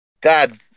God